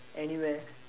anywhere